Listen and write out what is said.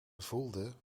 voelden